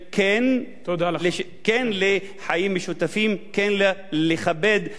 לחיים משותפים, כן לכבד את השונה ממני.